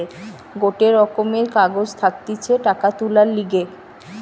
গটে রকমের কাগজ থাকতিছে টাকা তুলার লিগে